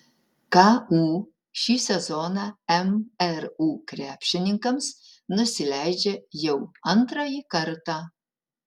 ku šį sezoną mru krepšininkams nusileidžia jau antrąjį kartą